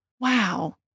Wow